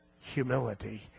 humility